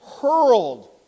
hurled